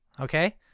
okay